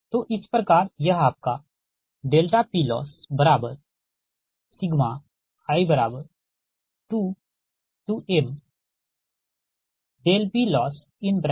तो इस प्रकार यह आपका PLoss i2mPLossPg0PgiPgi हैं ठीक